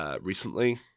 recently